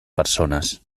persones